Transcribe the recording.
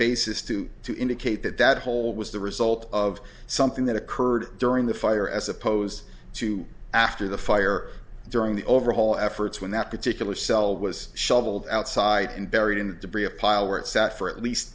basis to to indicate that that hole was the result of something that occurred during the fire as opposed to after the fire during the overall efforts when that particular cell was shoveled outside and buried in the debris a pile where it sat for at least